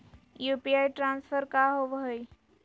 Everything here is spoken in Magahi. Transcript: यू.पी.आई ट्रांसफर का होव हई?